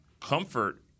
Comfort